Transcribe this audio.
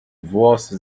włosy